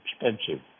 expensive